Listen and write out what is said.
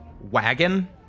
wagon